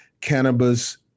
cannabis